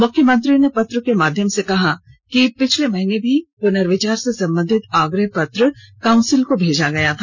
मुख्यमंत्री ने पत्र के माध्यम से कहा कि विगत माह भी पुनर्विचार से संबंधित आग्रह पत्र काउंसिल को प्रेषित किया गया था